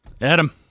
Adam